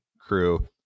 crew